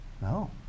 No